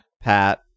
Pat